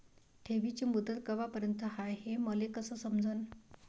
ठेवीची मुदत कवापर्यंत हाय हे मले कस समजन?